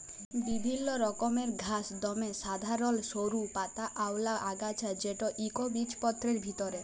বিভিল্ল্য রকমের ঘাঁস দমে সাধারল সরু পাতাআওলা আগাছা যেট ইকবিজপত্রের ভিতরে